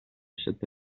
sette